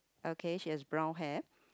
okay she has brown hair